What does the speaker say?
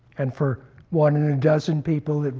and for one in a dozen people,